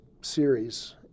series